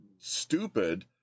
Stupid